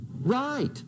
Right